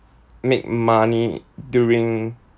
make money during